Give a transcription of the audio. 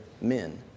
men